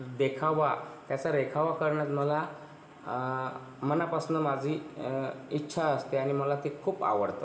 देखावा त्याचा रेखावा करण्यात मला मनापासनं माझी इच्छा असते आणि मला ते खूप आवडतं